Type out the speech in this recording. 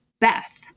Beth